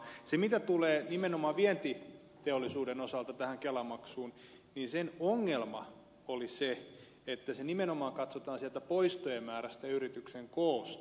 mitä tulee nimenomaan vientiteollisuuden osalta tähän kelamaksuun niin sen ongelma oli se että se nimenomaan katsotaan sieltä poistojen määrästä ja yrityksen koosta